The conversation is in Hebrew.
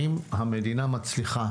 האם המדינה מצליחה